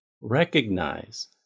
recognize